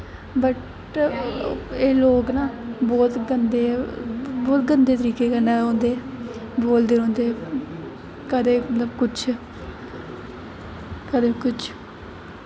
भई एह् लोग ना बहुत गंदे बहुत गंदे तरीके कन्नै उं'दे बोलदे रौंह्दे कदें मतलब किश कदें किश